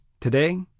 Today